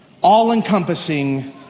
all-encompassing